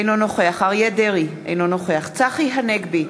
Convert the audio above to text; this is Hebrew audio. אינו נוכח אריה דרעי, אינו נוכח צחי הנגבי,